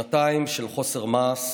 שנתיים של חוסר מעש,